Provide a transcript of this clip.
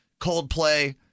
Coldplay